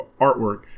artwork